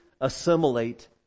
assimilate